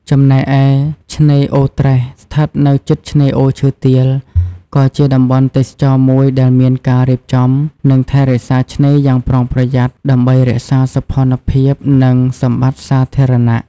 ចំណែកឯឆ្នេរអូរត្រេះ ស្ថិតនៅជិតឆ្នេរអូរឈើទាល ក៏ជាតំបន់ទេសចរណ៍មួយដែលមានការរៀបចំ និងថែរក្សាឆ្នេរយ៉ាងប្រុងប្រយ័ត្ន ដើម្បីរក្សាសោភ័ណភាព និង សម្បត្តិសាធារណៈ។